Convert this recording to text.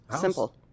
simple